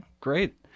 great